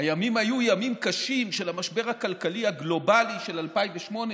הימים היו ימים קשים של המשבר הכלכלי הגלובלי של 2008,